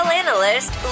analyst